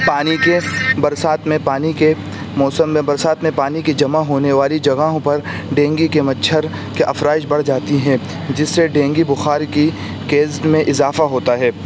پانی کے برسات میں پانی کے موسم میں برسات میں پانی کی جمع ہونے والی جگاہوں پر ڈینگی کے مچھر کے افزائش بڑھ جاتی ہیں جس سے ڈینگی بخار کی کیس میں اضافہ ہوتا ہے